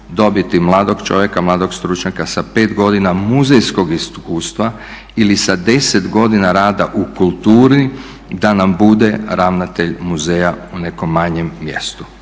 dobiti mladog čovjeka, mladog stručnjaka sa 5 godina muzejskog iskustva ili sa 10 godina rada u kulturi da nam bude ravnatelj muzeja u nekom manjem mjestu,